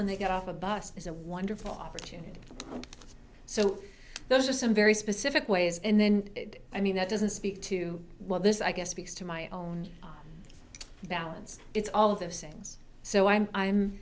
when they get off a bus is a wonderful opportunity so those are some very specific ways and then i mean that doesn't speak to well this i guess speaks to my own balance it's all of those things so i'm i'm